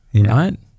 right